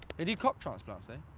they do cock transplants, though.